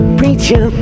preacher